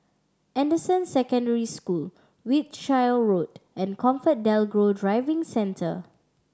Anderson Secondary School Wiltshire Road and ComfortDelGro Driving Centre